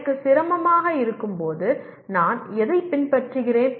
எனக்கு சிரமமாக இருக்கும்போது நான் எதைப் பின்பற்றுகிறேன்